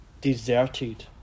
deserted